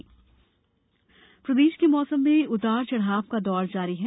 मौसम प्रदेश के मौसम में उतार चढ़ाव का दौर जारी है